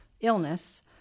illness